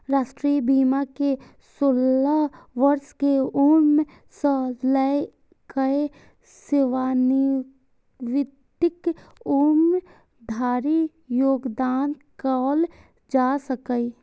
राष्ट्रीय बीमा मे सोलह वर्ष के उम्र सं लए कए सेवानिवृत्तिक उम्र धरि योगदान कैल जा सकैए